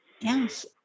yes